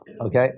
okay